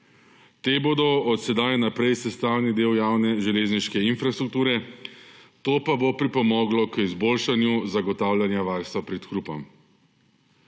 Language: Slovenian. Te bodo od sedaj naprej sestavni del javne železniške infrastrukture, to pa bo pripomoglo k izboljšanju zagotavljanja varstva pred hrupom.